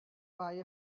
buy